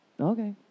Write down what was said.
Okay